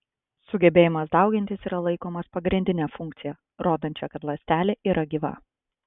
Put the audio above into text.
sugebėjimas daugintis yra laikomas pagrindine funkcija rodančia kad ląstelė yra gyva